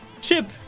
Chip